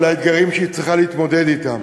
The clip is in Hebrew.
לאתגרים שהיא צריכה להתמודד אתם.